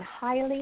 highly